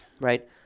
right